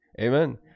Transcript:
Amen